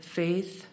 faith